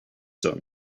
done